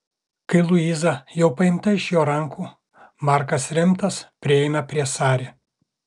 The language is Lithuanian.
kai luiza jau paimta iš jo rankų markas rimtas prieina prie sari